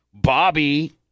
Bobby